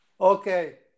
okay